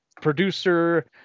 producer